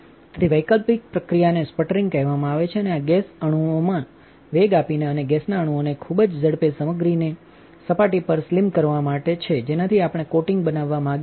તેથીવૈકલ્પિક પ્રક્રિયાને સ્પટરિંગ કહેવામાં આવે છે અને આ ગેસના અણુઓને વેગ આપીને અને ગેસના અણુઓને ખૂબ જ ઝડપે સામગ્રીની સપાટી પર સ્લેમ કરીને કામ કરે છે જેનાથી આપણે કોટિંગ બનાવવા માંગીએ છીએ